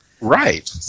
Right